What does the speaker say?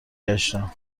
گشتم